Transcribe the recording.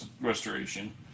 restoration